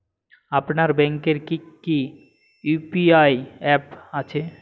আপনার ব্যাংকের কি কি ইউ.পি.আই অ্যাপ আছে?